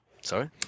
Sorry